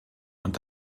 und